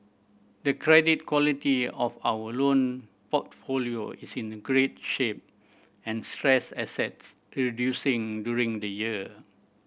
the credit quality of our loan portfolio is in a great shape and stress assets reducing during the year